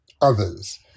others